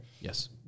Yes